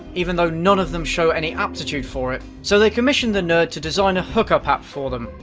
even though none of them show any aptitude for it. so they commission the nerd to design a hookup app for them.